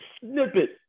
snippet